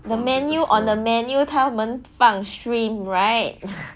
the menu on the menu 他们放 shrimp right